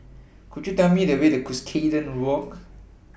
Could YOU Tell Me The Way to Cuscaden Walk